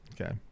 okay